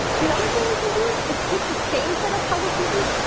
another thing we can do is take the same set of puzzle pieces,